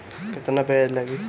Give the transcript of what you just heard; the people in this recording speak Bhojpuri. केतना ब्याज लागी?